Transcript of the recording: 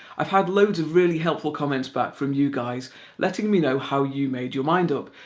i've had loads of really helpful comments back from you guys letting me know how you made your mind up.